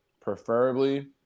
preferably